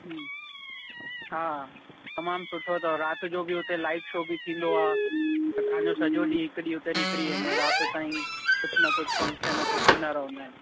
हू हा तमामु सुठो अथव राति जो बि हुते लाइट छो बि थींदो आहे त तव्हांजो सॼो ॾींहुं हिकु ॾींहुं हुते निकिरी वेंदो राति ताईं कुझु न कुझु फंक्शन हुते थींदा रहंदा आहिनि